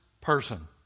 person